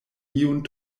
iun